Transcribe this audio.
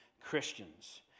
Christians